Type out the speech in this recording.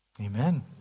Amen